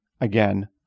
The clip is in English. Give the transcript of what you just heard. again